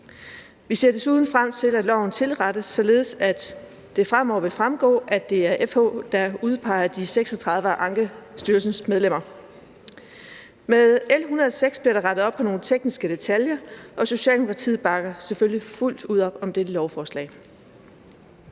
Vi ser desuden frem til, at loven tilrettes, således at det fremover vil fremgå, at det er FH, der udpeger de 36 af Ankestyrelsens medlemmer. Med L 106 bliver der rettet op på nogle tekniske detaljer, og Socialdemokratiet bakker selvfølgelig fuldt ud op om dette lovforslag.